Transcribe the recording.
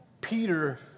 Peter